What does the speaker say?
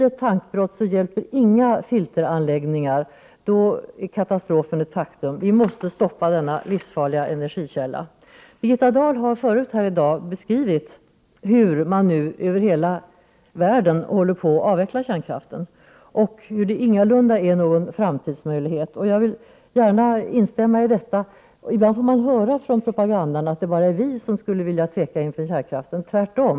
Om ett tankbrott inträffar hjälper inga filteranläggningar, då är katastrofen ett faktum. Vi måste stoppa denna livsfarliga energikälla. Birgitta Dahl har tidigare i dag talat om att man nu över hela världen håller på att avveckla kärnkraften och att den ingalunda är någon framtidsmöjlighet. Jag vill gärna instämma i detta. Ibland får man nämligen i propagandan höra att det bara är vi i Sverige som skulle vara tveksamma när det gäller kärnkraften — tvärtom.